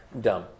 dumb